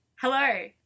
Hello